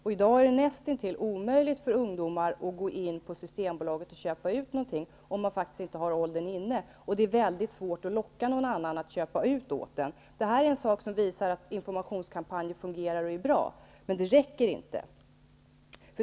I dag är det nästintill omöjligt för ungdomar att gå in på Systembolaget och köpa ut någonting om man inte har åldern inne. Det är mycket svårt att locka någon annan att köpa ut åt sig. Det är en sak som visar att informationskampanjer fungerar och är bra. Men det räcker inte.